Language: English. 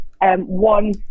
One